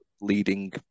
leading